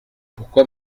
pourquoi